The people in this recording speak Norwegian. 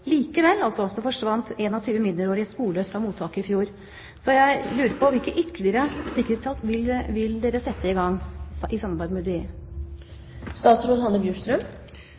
Likevel forsvant 21 mindreårige sporløst fra mottaket i fjor. Så jeg lurer på: Hvilke ytterlige sikkerhetstiltak vil man sette i gang, i samarbeid med